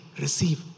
receive